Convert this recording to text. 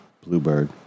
bluebird